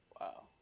Wow